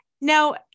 Now